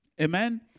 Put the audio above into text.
Amen